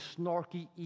snarky